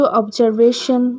observation